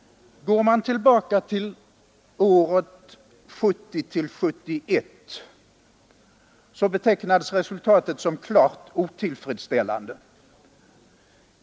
Går man tillbaka till året 1970/71 finner man att resultatet betecknats som klart otillfredsställande.